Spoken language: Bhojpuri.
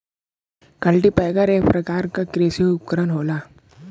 कल्टीपैकर एक परकार के कृषि उपकरन होला